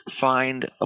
find